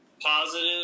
positive